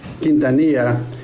Quintanilla